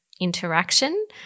interaction